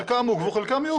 חלקם עוכבו, חלקם יעוכבו.